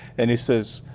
and he says,